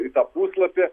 į tą puslapį